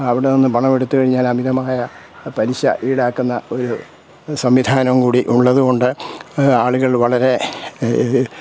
അവിടെ നിന്ന് പണം എടുത്തു കഴിഞ്ഞാൽ അമിതമായ പലിശ ഈടാക്കുന്ന ഒരു സംവിധാനംകൂടി ഉള്ളതുകൊണ്ട് ആളുകൾ വളരെ